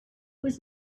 was